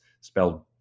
spelled